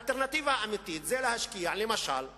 האלטרנטיבה האמיתית זה להשקיע למשל בתשתיות.